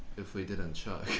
if we didn't choke.